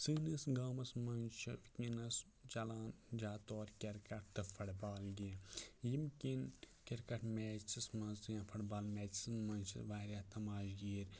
سٲنِس گامَس منٛز چھِ وُنکٮ۪نَس چَلان زیادٕ طور کِرکَٹ تہٕ فُٹ بال گیم ییٚمہِ کِنۍ کِرکَٹ میچَس منٛز یا فُٹ بال میچَس منٛز چھِ واریاہ تَماشگیٖر